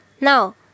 now